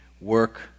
work